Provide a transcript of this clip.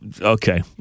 Okay